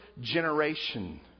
generation